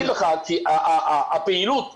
אני אגיד לך, כי הפעילות שנעשית,